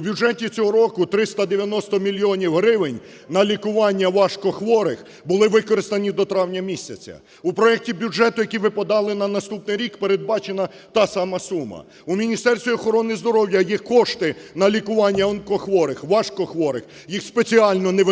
бюджеті цього року 390 мільйонів гривень на лікування важкохворих були використані до травня місяця. У проекті бюджету, який ви подали на наступний рік, передбачена та сама сума. В Міністерстві охорони здоров'я є кошти на лікування онкохворих, важкохворих. Їх спеціально не використовують,